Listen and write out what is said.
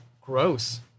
gross